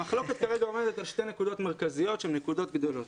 המחלוקת כרגע עומדת על שתי נקודות מרכזיות שהן נקודות גדולות.